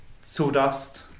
sawdust